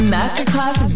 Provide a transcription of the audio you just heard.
Masterclass